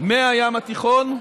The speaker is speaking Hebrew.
מהים התיכון,